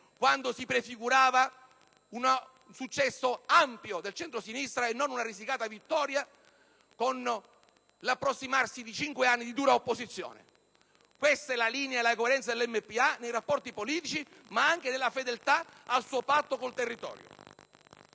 quando si prefigurava un successo ampio del centrosinistra (e non una risicata vittoria), con l'approssimarsi di cinque anni di dura opposizione. Questa è la linea, questa è la coerenza del Movimento per l'Autonomia nei rapporti politici, ma anche nella fedeltà al suo patto con il territorio.